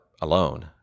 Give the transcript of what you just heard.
alone